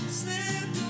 slip